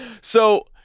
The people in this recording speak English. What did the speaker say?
So-